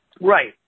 Right